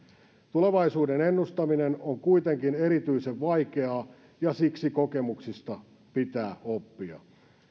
tulevaisuuden ennustaminen on kuitenkin erityisen vaikeaa ja siksi kokemuksista pitää oppia